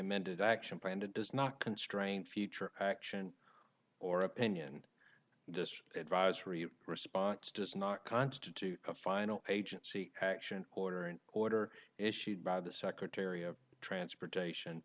amended action plan does not constrain future action or opinion this advisory response does not constitute a final agency action order an order issued by the secretary of transportation